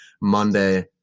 monday